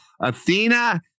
Athena